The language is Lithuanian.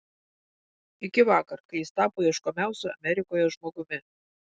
iki vakar kai jis tapo ieškomiausiu amerikoje žmogumi